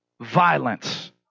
violence